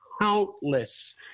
countless